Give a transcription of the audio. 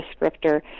descriptor